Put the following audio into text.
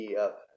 up